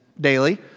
daily